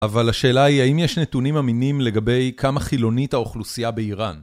אבל השאלה היא האם יש נתונים אמינים לגבי כמה חילונית האוכלוסייה באיראן